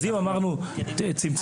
אז אם אמרנו צמצום.